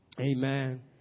Amen